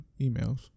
emails